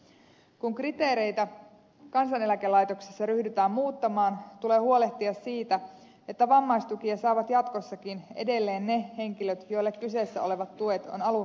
kun kriteereitä kansaneläkelaitoksessa ryhdytään muuttamaan tulee huolehtia siitä että vammaistukia saavat jatkossakin edelleen ne henkilöt joille kyseessä olevat tuet on alun perin tarkoitettu